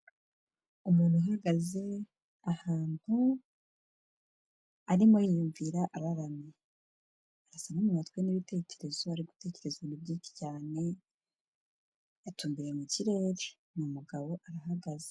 Umuntu uhagaze ahantu arimo yiyumvira araramye. Arasa n'umuntu watwawe n'ibitekerezo ari gutekereza ibintu byinshi cyane, atumbiriye mu kirere. Ni umugabo arahagaze.